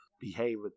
behavior